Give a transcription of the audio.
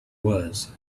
was